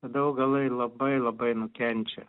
tada augalai labai labai nukenčia